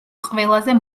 ყველაზე